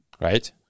Right